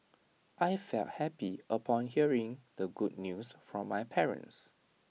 I felt happy upon hearing the good news from my parents